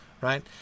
right